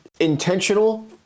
intentional